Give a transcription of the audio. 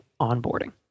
onboarding